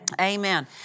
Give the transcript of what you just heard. Amen